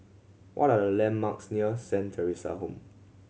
what are the landmarks near Saint Theresa Home